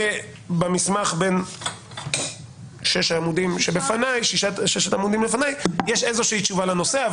שבמסמך בן ששת העמודים שלפניי יש איזו שהיא תשובה לנושא.